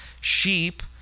sheep